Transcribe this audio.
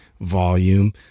volume